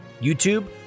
YouTube